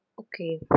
Okay